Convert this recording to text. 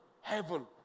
heaven